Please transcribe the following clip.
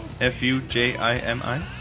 F-U-J-I-M-I